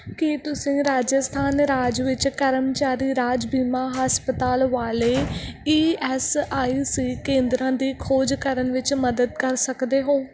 ਕੀ ਤੁਸੀਂ ਰਾਜਸਥਾਨ ਰਾਜ ਵਿੱਚ ਕਰਮਚਾਰੀ ਰਾਜ ਬੀਮਾ ਹਸਪਤਾਲ ਵਾਲੇ ਈ ਐੱਸ ਆਈ ਸੀ ਕੇਂਦਰਾਂ ਦੀ ਖੋਜ ਕਰਨ ਵਿੱਚ ਮਦਦ ਕਰ ਸਕਦੇ ਹੋ